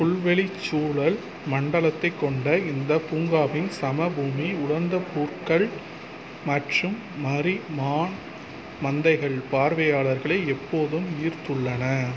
புல்வெளி சூழல் மண்டலத்தைக் கொண்ட இந்தப் பூங்காவின் சமபூமி உலர்ந்த புற்கள் மற்றும் மறிமான் மந்தைகள் பார்வையாளர்களை எப்போதும் ஈர்த்துள்ளன